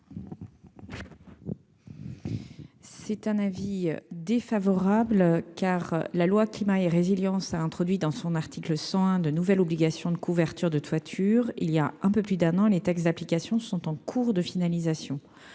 C'est un avis défavorable, car la loi climat et résilience a introduit dans son article 101 de nouvelles obligations de couverture de toiture, il y a un peu plus d'un an, les textes d'application sont en cours de finalisation,